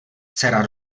dcera